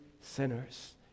sinners